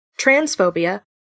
transphobia